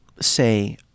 say